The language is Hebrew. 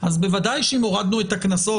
בוודאי שאם הורדנו את גובה הקנסות,